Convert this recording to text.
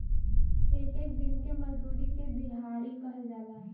एक एक दिन के मजूरी के देहाड़ी कहल जाला